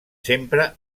sempre